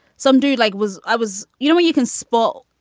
some dude like was i was, you know, you can spaull.